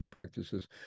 practices